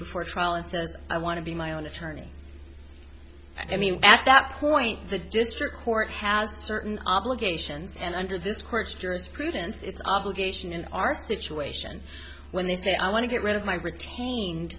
before trial and says i want to be my own attorney and at that point the district court has certain obligations and under this court's jurisprudence its obligation in our situation when they say i want to get rid of my retained